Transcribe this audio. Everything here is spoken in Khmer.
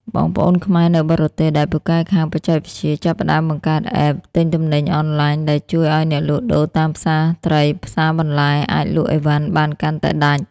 បងប្អូនខ្មែរនៅបរទេសដែលពូកែខាង "បច្ចេកវិទ្យា" ចាប់ផ្ដើមបង្កើត App ទិញទំនិញអនឡាញ ដែលជួយឱ្យអ្នកលក់ដូរតាមផ្សារត្រី ផ្សារបន្លែ អាចលក់អីវ៉ាន់បានកាន់តែដាច់។